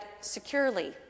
securely